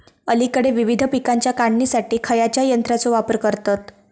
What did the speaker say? अलीकडे विविध पीकांच्या काढणीसाठी खयाच्या यंत्राचो वापर करतत?